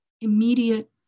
immediate